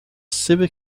civic